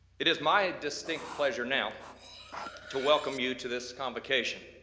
it is my ah distinct pleasure now to welcome you to this convocation.